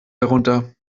herunter